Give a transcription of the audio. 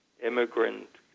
immigrant